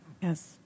Yes